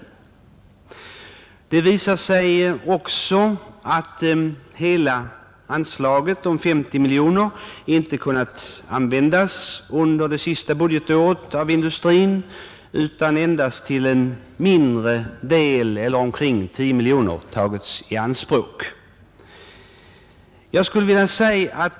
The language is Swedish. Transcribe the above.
Det visar sig även att hela anslaget om 50 miljoner inte kunnat användas under det senaste budgetåret av industrin utan endast till en mindre del, omkring 10 miljoner, har tagits i anspråk.